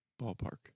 ballpark